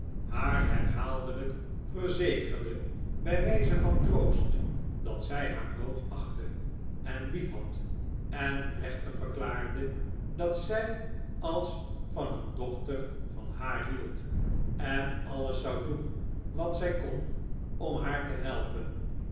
haar herhaaldelijk verzekerde bij wijze van troost dat zij haar hoog achtte en lief had en plechtig verklaarde dat zij als van een dochter van haar hield en alles zou doen wat zij kon om haar te helpen